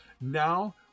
Now